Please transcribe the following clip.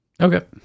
Okay